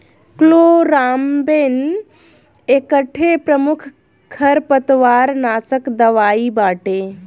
chloramben एकठे प्रमुख खरपतवारनाशक दवाई बाटे